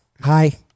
Hi